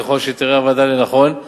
וככל שתראה הוועדה לנכון,